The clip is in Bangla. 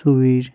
সুবীর